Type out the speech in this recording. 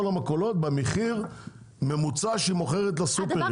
למכולות במחיר הממוצע שהיא מוכרת לסופרים.